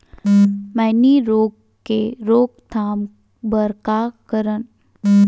मैनी रोग के रोक थाम बर का करन?